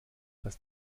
was